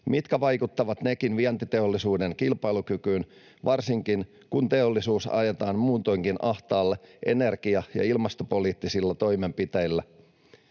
mitkä vaikuttavat nekin vientiteollisuuden kilpailukykyyn, varsinkin kun teollisuus ajetaan muutoinkin ahtaalle energia‑ ja ilmastopoliittisilla toimenpiteillä.